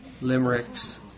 limericks